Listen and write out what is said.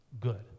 good